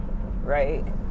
right